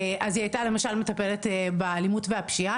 אז היא הייתה למשל מטפלת באלימות והפשיעה,